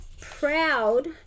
proud